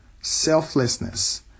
selflessness